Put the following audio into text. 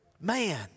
man